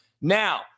Now